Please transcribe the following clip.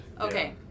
Okay